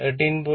13